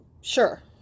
Sure